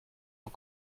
aux